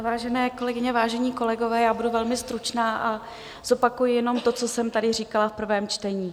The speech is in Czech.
Vážené kolegyně, vážení kolegové, já budu velmi stručná a zopakuji jenom to, co jsem tady říkala v prvém čtení.